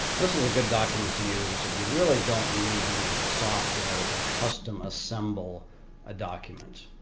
this is a good document to use if you really don't need to use the software to custom assemble a document.